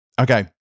Okay